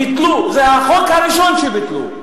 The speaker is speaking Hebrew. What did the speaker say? זה החוק הראשון שביטלו,